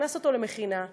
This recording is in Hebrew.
הכנסת אותו למכינה,